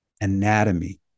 anatomy